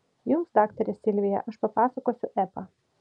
jums daktare silvija aš papasakosiu epą